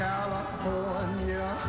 California